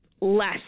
less